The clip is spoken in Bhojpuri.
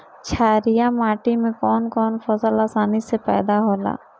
छारिया माटी मे कवन कवन फसल आसानी से पैदा होला?